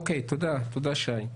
תודה שי.